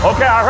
Okay